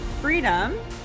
freedom